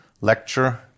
Lecture